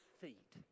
feet